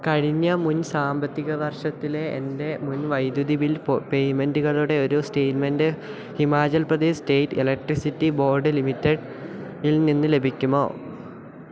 കഴിഞ്ഞ മുൻ സാമ്പത്തിക വർഷത്തിലെ എന്റെ മുൻ വൈദ്യുതി ബിൽ പേയ്മെന്റുകളുടെ ഒരു statement Himachal Pradesh state electricity board ലിമിറ്റഡിൽ നിന്നു ലഭിക്കുമോ